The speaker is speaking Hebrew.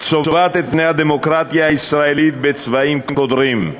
צובעת את פני הדמוקרטיה הישראלית בצבעים קודרים.